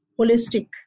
holistic